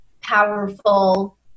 powerful